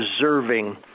deserving